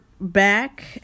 back